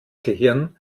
gehirn